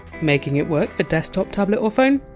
making it work for desktop, tablet or phone?